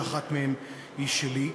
שאחת מהן היא שלי.